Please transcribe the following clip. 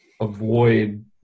avoid